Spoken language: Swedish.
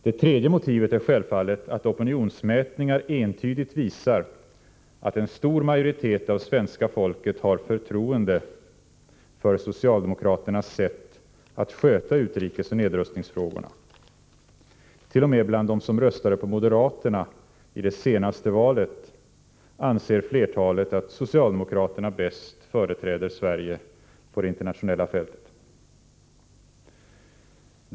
Det tredje motivet är självfallet att opinionsmätningar entydigt visar att en stor majoritet av svenska folket har förtroende för socialdemokraternas sätt att sköta utrikesfrågorna och nedrustningsfrågorna. T. o. m. flertalet bland dem som röstade på moderaterna i det senaste valet anser att socialdemokraterna bäst företräder Sverige på det internationella fältet.